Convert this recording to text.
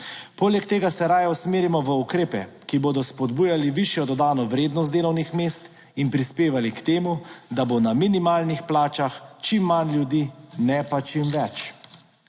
Poleg tega se raje usmerimo v ukrepe, ki bodo spodbujali višjo dodano vrednost delovnih mest in prispevali k temu, da bo na minimalnih plačah čim manj ljudi, ne pa čim več.